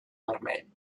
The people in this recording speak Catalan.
vermell